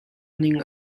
ning